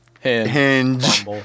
Hinge